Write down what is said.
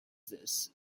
this